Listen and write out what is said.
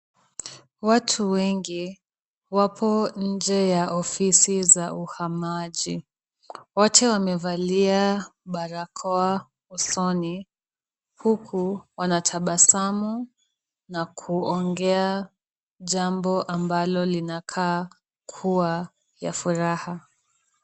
Watu wengi wapo nje ya ofisi za uhamaji. Wote wamevalia barakoa usoni huku wanatabasamu na kuongea jambo ambalo linakaa kuwa ya furaha.